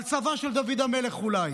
על הצבא של דוד המלך אולי.